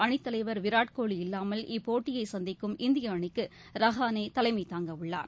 அணித் தலைவர் விராட் கோலி இல்லாமல் இப்போட்டியை சந்திக்கும் இந்திய அணிக்கு ரஹானே தலைமை தாங்கவுள்ளார்